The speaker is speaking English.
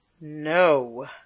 No